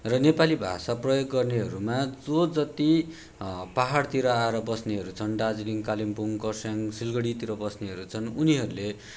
र नेपाली भाषा प्रयोग गर्नेहरूमा जो जति पहाडहरूतिर आएर बस्नेहरू छन् दार्जिलिङ कालिम्पोङ खर्साङ सिलगडीतिर बस्नेहरू छन् उनीहरूले